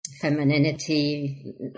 femininity